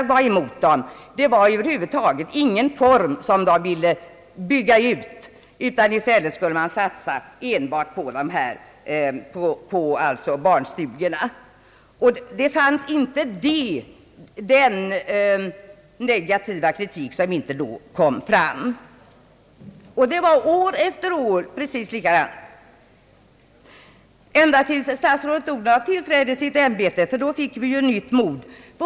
Socialdemokraterna ville över huvud taget inte bygga ut någon form av familjedaghem utan i stället satsa enbart på barnstugorna. Det fanns inte den negativa kritik som inte då kom fram i debatterna. År efter år var förhållandena precis likadana, ända till dess statsrådet Odhnoff tillträdde sitt ämbete. Då fick vi nytt mod.